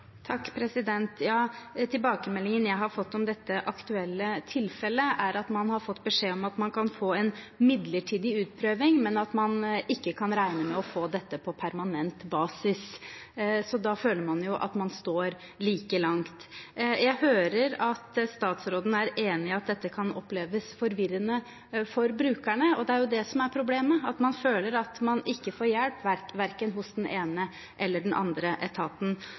Tilbakemeldingen jeg har fått om dette aktuelle tilfellet, er at man har fått beskjed om at man kan få en midlertidig utprøving, men at man ikke kan regne med å få dette på permanent basis. Da føler man jo at man er like langt. Jeg hører at statsråden er enig i at dette kan oppleves forvirrende for brukerne, og det er jo det som er problemet – at man føler at man ikke får hjelp verken hos den ene eller den andre etaten.